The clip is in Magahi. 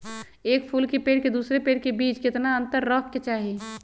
एक फुल के पेड़ के दूसरे पेड़ के बीज केतना अंतर रखके चाहि?